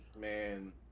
man